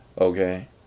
Okay